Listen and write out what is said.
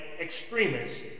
extremists